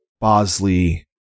Bosley